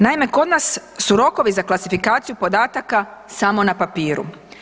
Naime, kod nas su rokovi za klasifikaciju podataka samo na papiru.